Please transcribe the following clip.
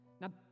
Now